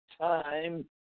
time